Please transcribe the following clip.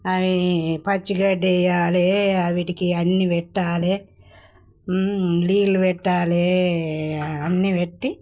ఆయీ పచ్చిగడ్డి వేయాలి వీటికి అన్నీ పెట్టాలి నీళ్ళు పెట్టాలి అన్నీ పెట్టి